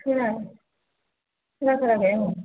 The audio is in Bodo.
खोना खोनाथाराखै आङो